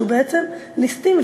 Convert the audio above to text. שהוא בעצם ליסטים.